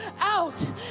out